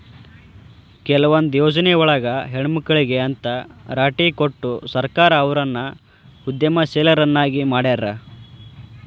ಕೆಲವೊಂದ್ ಯೊಜ್ನಿಯೊಳಗ ಹೆಣ್ಮಕ್ಳಿಗೆ ಅಂತ್ ರಾಟಿ ಕೊಟ್ಟು ಸರ್ಕಾರ ಅವ್ರನ್ನ ಉದ್ಯಮಶೇಲ್ರನ್ನಾಗಿ ಮಾಡ್ಯಾರ